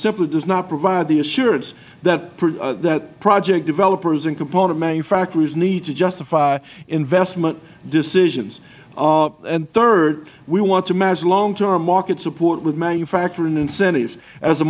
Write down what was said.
simply does not provide the assurance that project developers and component manufacturers need to justify investment decisions and third we want to match long term market support with manufacturing incentives as